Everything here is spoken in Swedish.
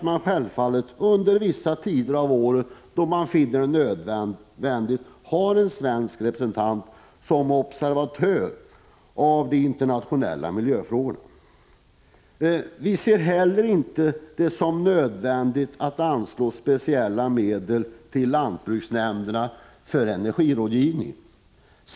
Men självfallet bör man under vissa tider av året, då man finner det nödvändigt, ha en svensk representant som observatör av de internationella miljöfrågorna. Vi ser det heller inte som nödvändigt att anslå speciella medel till lantbruksnämnderna för energirådgivning.